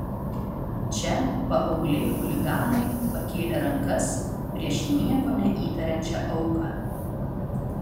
čia paaugliai chuliganai pakėlė rankas prieš nieko neįtariančią auką